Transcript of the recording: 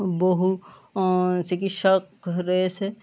বহু চিকিৎসক রয়েছে